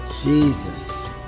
Jesus